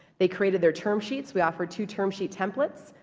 they created their term sheets. we offered two term sheet templates,